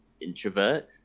introvert